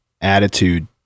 attitude